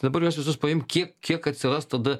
dabar juos visus paimk kiek kiek atsiras tada